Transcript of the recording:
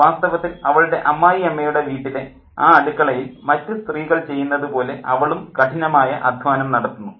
വാസ്തവത്തിൽ അവളുടെ അമ്മായിയമ്മയുടെ വീട്ടിലെ ആ അടുക്കളയിൽ മറ്റ് സ്ത്രീകൾ ചെയ്യുന്നതുപോലെ അവളും കഠിനമായ അദ്ധ്വാനം നടത്തുന്നു